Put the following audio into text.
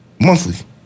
monthly